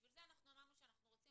בשביל זה אנחנו אמרנו שאנחנו רוצים